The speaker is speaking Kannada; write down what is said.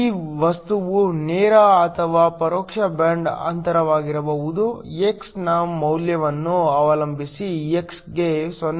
ಈ ವಸ್ತುವು ನೇರ ಅಥವಾ ಪರೋಕ್ಷ ಬ್ಯಾಂಡ್ ಅಂತರವಾಗಿರಬಹುದು x ನ ಮೌಲ್ಯವನ್ನು ಅವಲಂಬಿಸಿ x ಗೆ 0